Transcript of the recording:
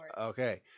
Okay